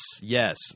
yes